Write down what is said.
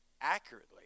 accurately